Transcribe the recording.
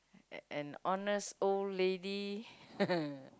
eh an honest old lady